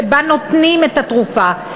שבה נותנים את התרופה,